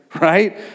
right